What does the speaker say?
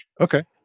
okay